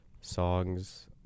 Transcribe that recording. songs